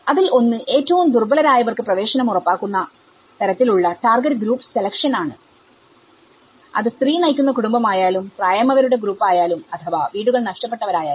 അതിൽ ഒന്ന് ഏറ്റവും ദുർബലരായവർക്ക് പ്രവേശനം ഉറപ്പാക്കുന്ന തരത്തിൽ ഉള്ള ടാർഗറ്റ് ഗ്രൂപ്പ് സെലെക്ഷൻ ആണ് അത് സ്ത്രീ നയിക്കുന്ന കുടുംബം ആയാലുംപ്രായമായവരുടെ ഗ്രൂപ്പ് ആയാലും അഥവാ വീടുകൾ നഷ്ടപ്പെട്ടവരായാലും